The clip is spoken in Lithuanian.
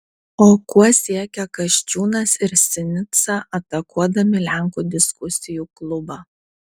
o kuo siekia kasčiūnas ir sinica atakuodami lenkų diskusijų klubą